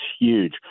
huge